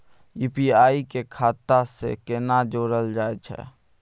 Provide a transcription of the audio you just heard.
UPI के खाता सं केना जोरल जाए छै?